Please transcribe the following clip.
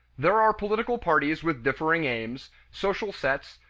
there are political parties with differing aims, social sets,